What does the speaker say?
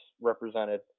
Represented